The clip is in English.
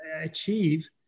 achieve